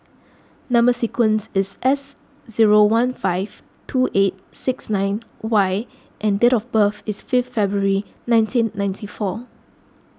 Number Sequence is S zero one five two eight six nine Y and date of birth is fifth February nineteen ninety four